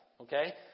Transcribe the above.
Okay